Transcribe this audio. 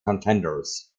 contenders